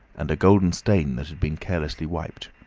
and a golden stain that had been carelessly wiped.